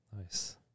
Nice